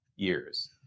years